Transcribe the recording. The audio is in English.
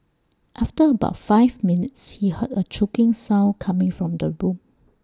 after about five minutes he heard A choking sound coming from the room